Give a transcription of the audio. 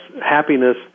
happiness